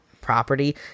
property